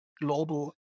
global